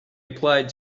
applied